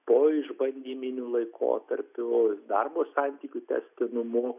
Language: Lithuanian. poišbandyminiu laikotarpiu darbo santykių tęstinumu